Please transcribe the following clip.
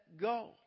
go